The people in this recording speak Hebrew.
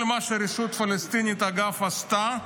כל מה שהרשות הפלסטינית, אגב, עשתה,